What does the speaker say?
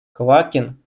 квакин